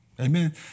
Amen